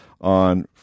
on